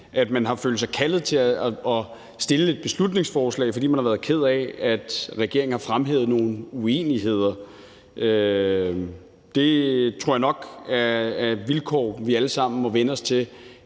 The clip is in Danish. at man har følt sig kaldet til at fremsætte et beslutningsforslag, fordi man har været ked af, at regeringen har fremhævet nogle uenigheder. Det tror jeg i hvert fald nok er et vilkår, vi alle sammen generelt